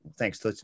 Thanks